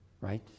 right